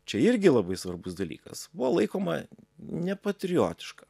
čia irgi labai svarbus dalykas buvo laikoma nepatriotiška